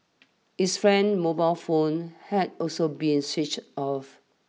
his friend's mobile phone had also been switched off